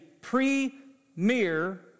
premier